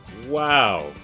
Wow